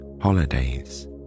holidays